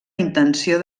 intenció